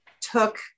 took